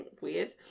weird